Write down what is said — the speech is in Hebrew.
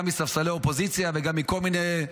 גם מספסלי האופוזיציה וגם מכל מיני,